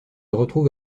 retrouve